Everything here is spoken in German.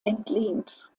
entlehnt